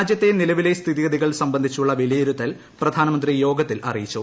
രാജ്യത്തെ നിലവിലെ സ്ഥിതിഗതികൾ സംബന്ധിച്ചുള്ള വിലയിരുത്തൽ പ്രധാനമന്ത്രി യോഗത്തിൽ അറിയിച്ചു